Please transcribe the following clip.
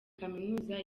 kaminuza